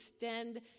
extend